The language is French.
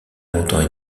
longtemps